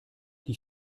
die